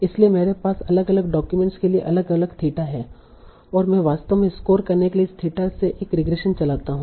इसलिए मेरे पास अलग अलग डाक्यूमेंट्स के लिए अलग अलग थीटा हैं और मैं वास्तव में स्कोर करने के लिए इस थीटा से एक रिग्रेशन चलाता हूं